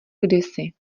kdysi